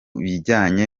bijyanye